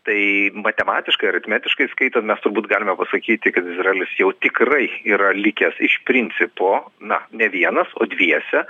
tai matematiškai aritmetiškai skaitant mes turbūt galime pasakyti kad izraelis jau tikrai yra likęs iš principo na ne vienas o dviese